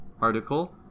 article